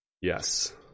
Yes